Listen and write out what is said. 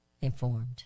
informed